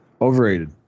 Overrated